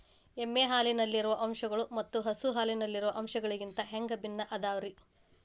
ಎಮ್ಮೆ ಹಾಲಿನಲ್ಲಿರೋ ಅಂಶಗಳು ಮತ್ತ ಹಸು ಹಾಲಿನಲ್ಲಿರೋ ಅಂಶಗಳಿಗಿಂತ ಹ್ಯಾಂಗ ಭಿನ್ನ ಅದಾವ್ರಿ?